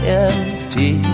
empty